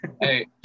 hey